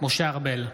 משה ארבל,